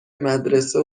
مدرسه